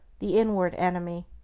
the inward enemy.